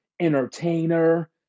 entertainer